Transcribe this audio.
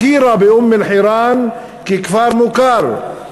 הכירה באום-אלחיראן ככפר מוכר.